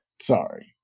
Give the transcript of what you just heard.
sorry